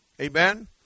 Amen